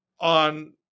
on